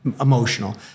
emotional